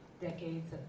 decades